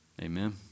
Amen